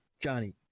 Johnny